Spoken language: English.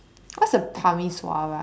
what's a parmeswara